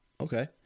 Okay